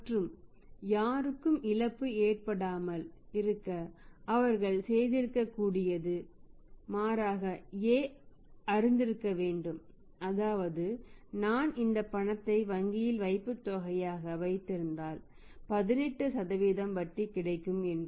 மற்றும் யாருக்கும் இழப்பு ஏற்படாமல் இருக்க அவர்கள் செய்திருக்கக் கூடியது மாறாக A அறிந்திருக்க வேண்டும் அதாவது நான் இந்தப் பணத்தை வங்கியில் வைப்புத் தொகையாக வைத்திருந்தால் 18 வட்டி கிடைக்கும் என்று